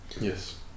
Yes